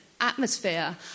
atmosphere